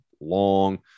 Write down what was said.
long